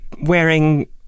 wearing